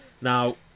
Now